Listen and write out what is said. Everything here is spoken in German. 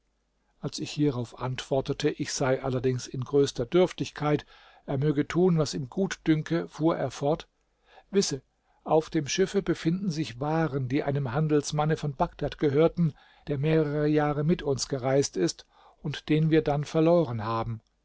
als ich hierauf antwortete ich sei allerdings in größter dürftigkeit er möge tun was ihm gut dünke fuhr er fort wisse auf dem schiffe befinden sich waren die einem handelsmanne von bagdad gehörten der mehrere jahre mit uns gereist ist und den wir dann verloren haben